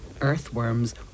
Earthworms